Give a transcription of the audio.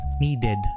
needed